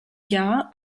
jahr